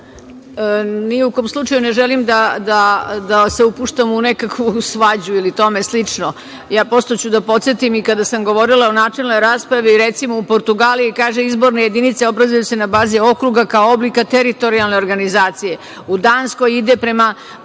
Ni u kom slučaju ne želim da se upuštam u nekakvu svađu ili tome slično. Podsetiću, i kada sam govorila u načelnoj raspravi, u Portugaliji, kaže, izborne jedinice obrazuju se na bazi okruga kao oblika teritorijalne organizacije. U Danskoj se mandati